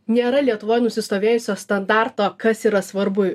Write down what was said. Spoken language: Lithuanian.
nėra lietuvoj nusistovėjusio standarto kas yra svarbu